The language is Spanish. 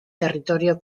territorio